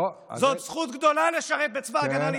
זאת זכות גדולה לשרת בצבא ההגנה לישראל.